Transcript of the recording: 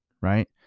right